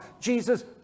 Jesus